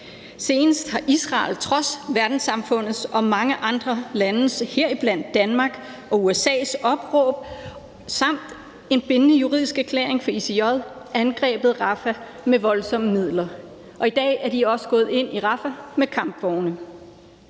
Senest har Israel trods verdenssamfundets og mange andre landes, heriblandt Danmarks og USA's, opråb samt en bindende juridisk erklæring fra ICJ angrebet Rafah med voldsomme midler. I dag er de også gået ind i Rafah med kampvogne.